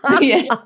Yes